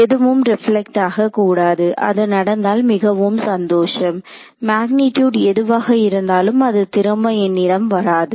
எதுவும் ரெப்லக்ட் ஆகக்கூடாது அது நடந்தால் மிகவும் சந்தோஷம் மேக்னிடியூட் எதுவாக இருந்தாலும் அது திரும்ப என்னிடம் வராது